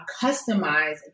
customize